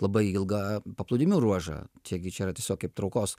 labai ilgą paplūdimių ruožą čia gi čia yra tiesiog kaip traukos